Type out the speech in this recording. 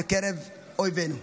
בקרב אויבינו.